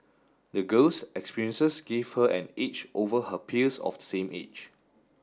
the girl's experiences give her an edge over her peers of the same age